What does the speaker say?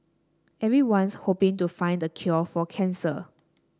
everyone's hoping to find the cure for cancer